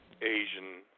Asian